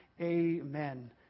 amen